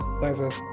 Thanks